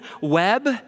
web